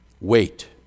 Wait